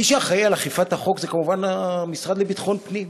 מי שאחראי על אכיפת החוק הוא כמובן המשרד לביטחון הפנים.